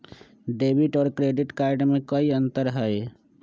Debit और credit card में कई अंतर हई?